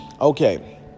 Okay